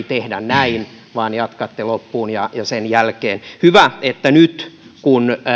tehdä näin vaan jatkatte loppuun ja sen jälkeen hyvä että nyt kun